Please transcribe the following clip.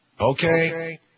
okay